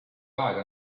aega